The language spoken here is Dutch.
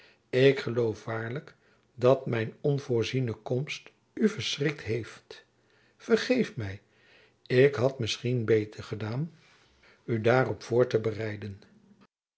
ik geloof waarlijk dat mijn onvoorziene komst u verschrikt heeft vergeef my ik had misschien beter gedaan u daarop voor te bereiden